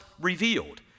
revealed